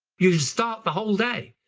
you start the whole day,